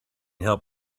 help